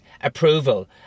approval